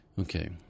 Okay